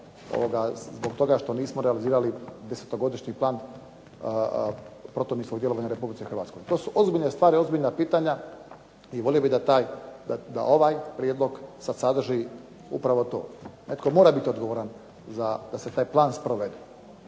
zbog toga što nismo realizirali desetogodišnji plan protuminskog djelovanja u Republici Hrvatskoj? To su ozbiljne stvari, ozbiljna pitanja i volio bih da ovaj prijedlog sada sadrži upravo to. Netko mora biti odgovoran da se taj plan sprovede.